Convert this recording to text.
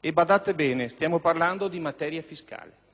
E, badate bene, stiamo parlando di materia fiscale!